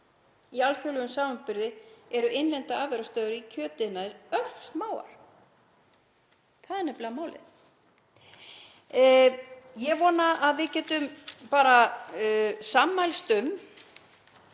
Í alþjóðlegum samanburði eru innlendar afurðastöðvar í kjötiðnaði örsmáar. Það er nefnilega málið. Ég vona að við getum bara sammælst um